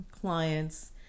clients